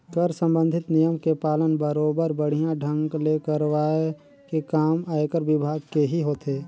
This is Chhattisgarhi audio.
कर संबंधित नियम के पालन बरोबर बड़िहा ढंग ले करवाये के काम आयकर विभाग केही होथे